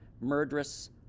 murderous